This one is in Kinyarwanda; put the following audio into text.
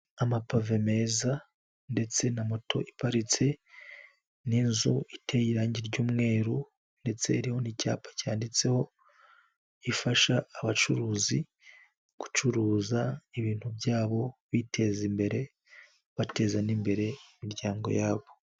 Amapave meza ndetse na moto iparitse n'inzu iteye irangi ry'umweru ndetse iriho n'icyapa cyanditseho, ifasha abacuruzi gucuruza ibintu byabo biteza imbere bateza n'imbere imiryango yabo.